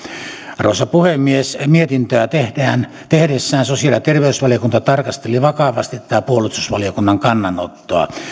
arvoisa puhemies mietintöä tehdessään sosiaali ja terveysvaliokunta tarkasteli vakavasti tätä puolustusvaliokunnan kannanottoa